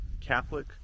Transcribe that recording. Catholic